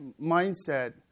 mindset